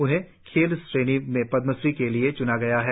उन्हें खेल श्रेणी में पद्माश्री के लिए च्ना गया है